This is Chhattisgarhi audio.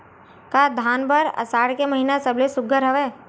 का धान बर आषाढ़ के महिना सबले सुघ्घर हवय?